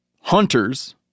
hunters